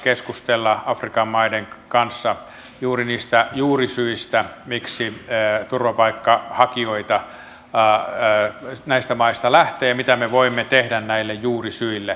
keskustella afrikan maiden kanssa juuri niistä juurisyistä miksi turvapaikanhakijoita näistä maista lähtee ja mitä me voimme tehdä näille juurisyille